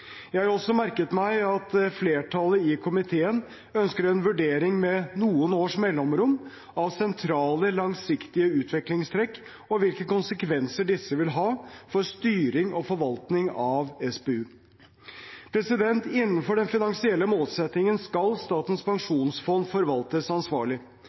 Jeg har også merket meg at flertallet i komiteen ønsker en vurdering med noen års mellomrom av sentrale langsiktige utviklingstrekk og hvilke konsekvenser disse vil ha for styring og forvaltning av SPU. Innenfor den finansielle målsettingen skal Statens pensjonsfond forvaltes ansvarlig.